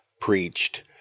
preached